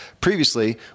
previously